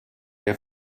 der